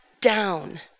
down